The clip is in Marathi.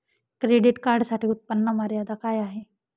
क्रेडिट कार्डसाठी उत्त्पन्न मर्यादा काय आहे?